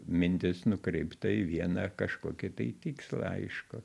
mintis nukreipta į vieną kažkokį tai tikslą aiškų